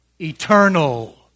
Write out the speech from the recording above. eternal